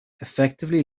effectively